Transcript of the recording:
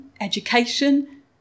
education